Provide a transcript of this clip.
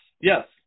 yes